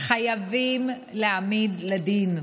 חייבים להעמיד לדין.